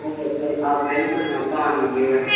paint మొత్తం అన్నీ మీవేనా